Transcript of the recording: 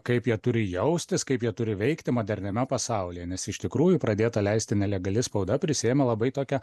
kaip jie turi jaustis kaip jie turi veikti moderniame pasaulyje nes iš tikrųjų pradėta leisti nelegali spauda prisiėmė labai tokią